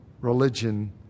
religion